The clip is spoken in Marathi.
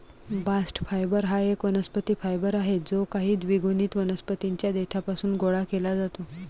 बास्ट फायबर हा एक वनस्पती फायबर आहे जो काही द्विगुणित वनस्पतीं च्या देठापासून गोळा केला जातो